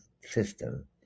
system